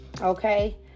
okay